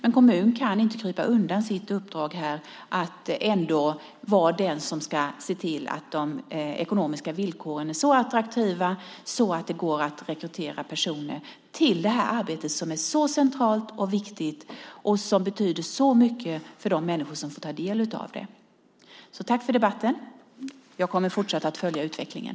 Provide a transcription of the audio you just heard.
En kommun kan inte krypa undan sitt uppdrag här att ändå vara den som ska se till att de ekonomiska villkoren är så attraktiva att det går att rekrytera personer till det här arbetet, som är så centralt och viktigt och som betyder så mycket för de människor som får ta del av det. Tack för debatten! Jag kommer att fortsätta att följa utvecklingen.